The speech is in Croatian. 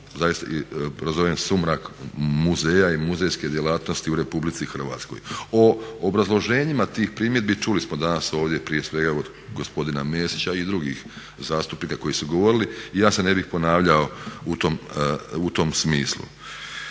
zaista nazovem sumrak muzeja i muzejske djelatnosti u RH. O obrazloženjima tih primjedbi čuli smo danas ovdje prije svega od gospodina Mesića i drugih zastupnika koji su govorili i ja se ne bih ponavljao u tom smislu.